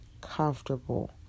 comfortable